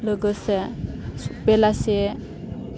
लोगोसे बेलासे